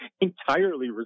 entirely